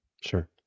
Sure